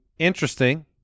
Interesting